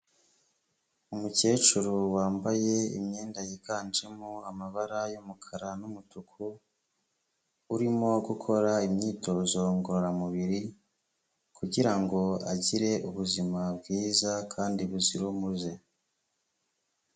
Umukecuru wambaye imyenda yiganjemo amabara y'umukara n'umutuku, urimo gukora imyitozo ngororamubiri kugira ngo agire ubuzima bwiza kandi buzira umuze.